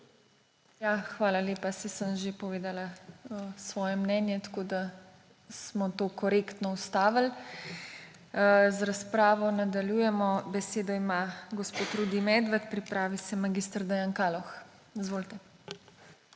hvala lepa, saj sem že povedala svoje mnenje, tako da smo to korektno ustavili. Z razpravo nadaljujemo. Besedo ima gospod Rudi Medved, pripravi se mag. Dejan Kaloh. Izvolite.